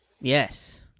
Yes